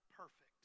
perfect